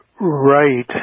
Right